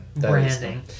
branding